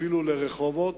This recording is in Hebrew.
אפילו לרחובות,